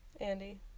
Andy